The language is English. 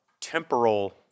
temporal